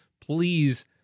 please